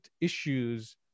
issues